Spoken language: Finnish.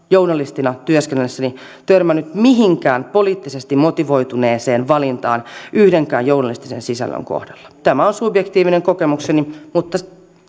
journalistina työskennellessäni törmännyt mihinkään poliittisesti motivoituneeseen valintaan yhdenkään journalistisen sisällön kohdalla tämä on subjektiivinen kokemukseni mutta